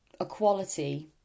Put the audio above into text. equality